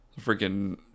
freaking